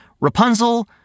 Rapunzel